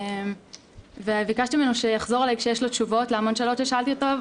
וביקשתי ממנו שיחזור אליי כשיהיו לו תשובות להמון שאלות ששאלתי אותו.